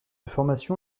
formation